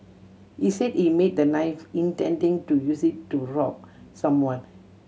he said he made the knife intending to use it to rob someone